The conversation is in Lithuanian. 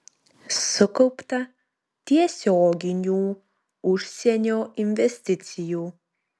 sukaupta tiesioginių užsienio investicijų